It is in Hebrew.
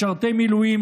משרתי מילואים,